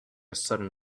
sudden